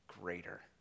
greater